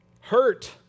hurt